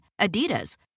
Adidas